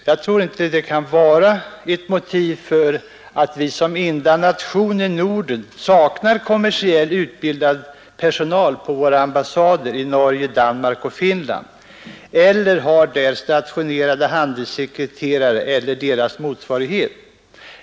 Jag tror inte det kan vara ett motiv för att vi som enda nation i Norden saknar kommersiellt utbildad personal på våra ambassader i Norge, Danmark och Finland eller har handelssekreterare eller deras motsvarighet stationerade där.